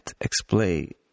explain